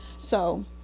so-